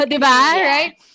Right